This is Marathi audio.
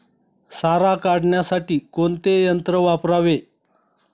सारा काढण्यासाठी कोणते यंत्र वापरावे?